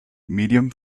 medium